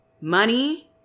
money